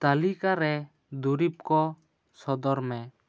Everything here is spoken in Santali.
ᱛᱟᱞᱤᱠᱟ ᱨᱮ ᱫᱩᱨᱤᱵᱽ ᱠᱚ ᱥᱚᱫᱚᱨ ᱢᱮ